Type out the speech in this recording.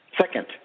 Second